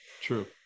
true